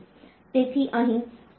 તેથી અહીં કોઈ કેરી ઇનપુટ નથી